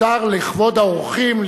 לכבוד האורחים,